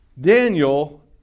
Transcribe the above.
Daniel